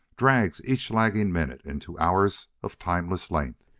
drags each lagging minute into hours of timeless length.